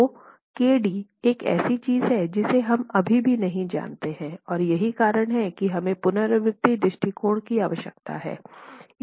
तो kd एक ऐसी चीज है जिसे हम अभी भी नहीं जानते हैं और यही कारण है कि हमें पुनरावृति दृष्टिकोण की आवश्यकता है